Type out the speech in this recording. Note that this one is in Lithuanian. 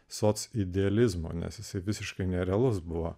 sotus idealizmo nes esi visiškai nerealus buvo